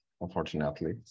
unfortunately